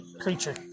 creature